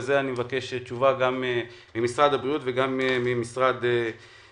אני מבקש תשובה על זה גם ממשרד הבריאות וגם ממשרד האוצר.